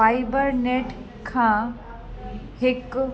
fibre net खां हिकु